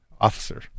officer